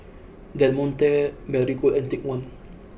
Del Monte Marigold and Take One